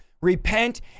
repent